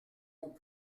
aux